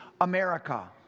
America